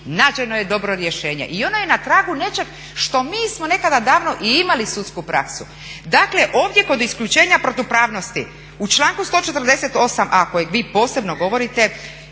nađemo je dobro rješenje i ono je na tragu nečeg što mi smo nekada davno i imali sudsku praksu. Dakle ovdje kod isključenja protupravnosti u članku 148.a kojeg vi posebno govorite